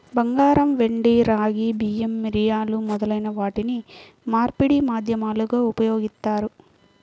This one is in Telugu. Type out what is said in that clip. బంగారం, వెండి, రాగి, బియ్యం, మిరియాలు మొదలైన వాటిని మార్పిడి మాధ్యమాలుగా ఉపయోగిత్తారు